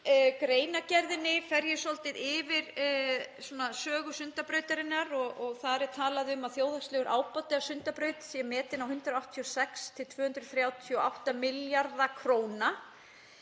greinargerðinni fer ég svolítið yfir sögu Sundabrautarinnar. Þar er talað um að þjóðhagslegur ábati af Sundabraut sé metinn á 186–238 milljarða kr.